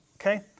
Okay